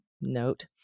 note